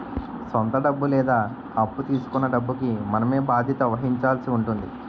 సొంత డబ్బు లేదా అప్పు తీసుకొన్న డబ్బుకి మనమే బాధ్యత వహించాల్సి ఉంటుంది